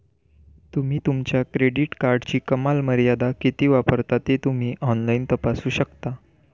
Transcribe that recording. तुम्ही तुमच्या क्रेडिट कार्डची कमाल मर्यादा किती वापरता ते तुम्ही ऑनलाइन तपासू शकता